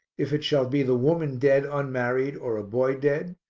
if it shall be the woman dead unmarried or a boy dead,